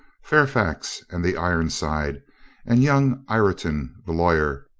fairfax and the ironside and young ireton the lawyer,